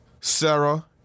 Sarah